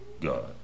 God